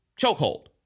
chokehold